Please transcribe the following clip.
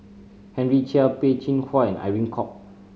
Henry Chia Peh Chin Hua and Irene Khong